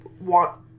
want